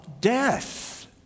death